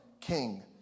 king